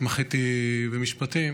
שהתמחיתי במשפטים